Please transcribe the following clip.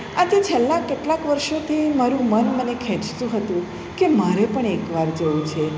આ તો છેલ્લા કેટલાક વર્ષોથી મારું મન મને ખેંચતું હતું કે મારે પણ એક વાર જવું છે